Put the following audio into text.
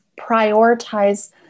prioritize